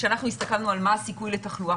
כשאנחנו הסתכלנו על מה הסיכוי לתחלואה